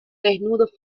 desnudos